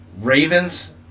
Ravens